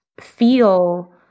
feel